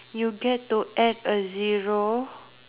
you get to act a zero